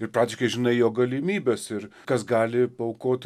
ir praktiškai žinai jo galimybes ir kas gali paaukot